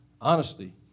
honesty